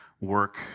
work